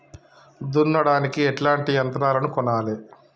దున్నడానికి ఎట్లాంటి యంత్రాలను కొనాలే?